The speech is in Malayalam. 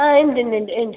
ആ ഉണ്ട് ഉണ്ട് ഉണ്ട്